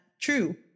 true